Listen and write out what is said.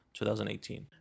2018